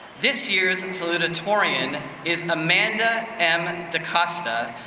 this year's and salutatorian is amanda m. decosta,